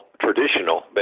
traditional